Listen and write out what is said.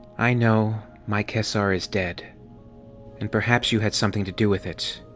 i know my kesar is dead and perhaps you had something to do with it.